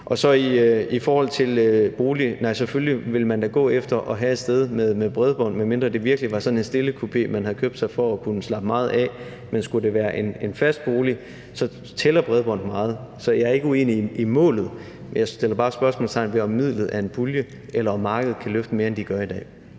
det. I forhold til boliger: Selvfølgelig vil man da gå efter et sted med bredbånd, medmindre det virkelig var sådan en stillekupe, man havde købt sig for at kunne slappe meget af, men skal det være en fast bolig, så tæller bredbånd meget. Så jeg er ikke uenig i målet, men jeg stiller bare det spørgsmål, om midlet skal være en pulje, eller om markedet kan løfte mere, end det gør i dag.